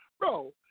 Bro